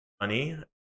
Money